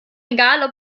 egal